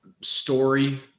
story